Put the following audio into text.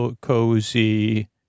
cozy